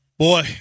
Boy